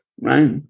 right